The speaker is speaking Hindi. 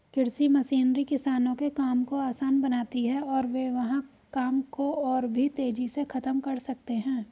कृषि मशीनरी किसानों के काम को आसान बनाती है और वे वहां काम को और भी तेजी से खत्म कर सकते हैं